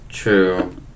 true